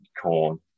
Corn